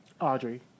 Audrey